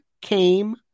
came